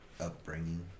upbringing